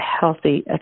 healthy